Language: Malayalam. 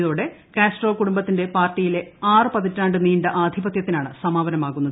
ഇതോടെ കാസ്ട്രോ കുടുംബത്തിന്റെ പാർട്ടിയിലെ ആറ് പതിറ്റാണ്ട് നീണ്ട ആധിപത്യത്തിനാണ് സമാപനമാകുന്നത്